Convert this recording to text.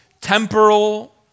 temporal